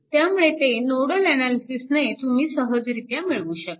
त्यामुळे ते नोडल अनालिसिसने तुम्ही सहजरित्या मिळवू शकाल